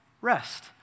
Rest